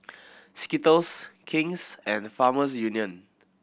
Skittles King's and Farmers Union